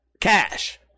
cash